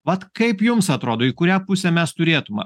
vat kaip jums atrodo į kurią pusę mes turėtume